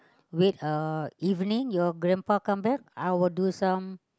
wait uh evening your grandpa come back I will do some